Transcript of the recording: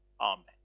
Amen